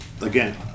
again